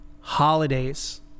holidays